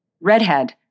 redhead